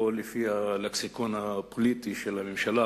או לפי הלקסיקון הפוליטי של הממשלה,